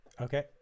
Okay